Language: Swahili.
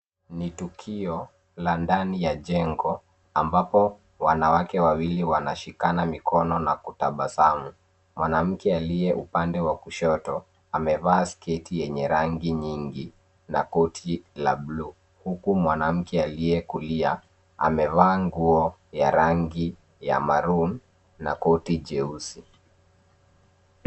Ni tukio ya ndani ya jengo ambapo wanawake wawili wanashikana mikono na kutabasamu. Mwanamke aliye upande wa kushoto amevaa sketi yenye rangi nyingi na koti la bluu huku mwanamke aliye kulia amevaa nguo ya rangi ya maroon na koti jeusi.